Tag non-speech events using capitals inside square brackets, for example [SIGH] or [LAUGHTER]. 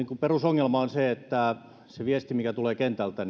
[UNINTELLIGIBLE] kuin perusongelma on se että se viesti mikä tulee kentältä [UNINTELLIGIBLE]